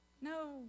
No